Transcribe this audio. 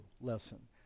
lesson